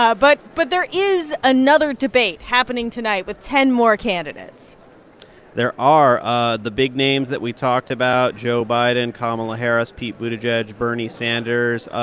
um but but there is another another debate happening tonight with ten more candidates there are. ah the big names that we talked about joe biden, kamala harris, pete buttigieg, bernie sanders,